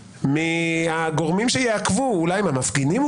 מהגורמים שיעכבו, אולי הוא חשש מהמפגינים.